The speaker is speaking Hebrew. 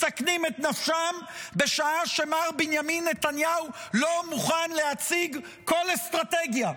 מסכנים את נפשם בשעה שמר בנימין נתניהו לא מוכן להציג כל אסטרטגיה,